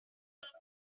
elle